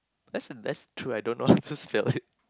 that's that's true I don't know how to spell it